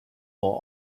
for